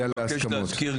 אני מבקש להזכיר,